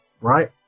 right